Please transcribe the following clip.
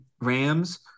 Rams